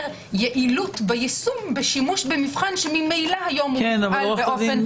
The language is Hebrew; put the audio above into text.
יעילות ביישום בשימוש במבחן שממילא היום יפעל באופן-